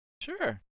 Sure